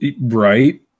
Right